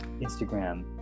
Instagram